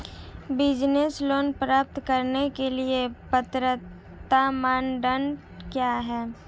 Business loan प्राप्त करने के लिए पात्रता मानदंड क्या हैं?